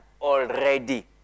already